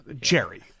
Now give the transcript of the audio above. jerry